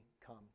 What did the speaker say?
come